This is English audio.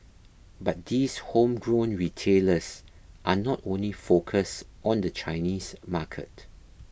but these home grown retailers are not only focused on the Chinese market